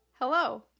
Hello